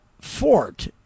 Fort